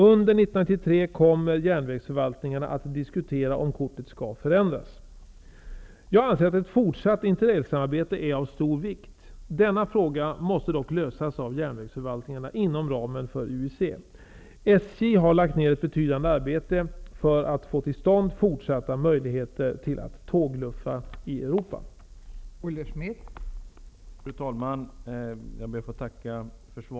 Under 1993 kommer järnvägsförvaltningarna att diskutera om kortet skall förändras. Jag anser att ett fortsatt interrailsamarbete är av stor vikt. Denna fråga måste dock lösas av järnvägsförvaltningarna inom ramen för UIC. SJ har lagt ner ett betydande arbete för att få till stånd fortsatta möjligheter att ''tågluffa'' i Europa.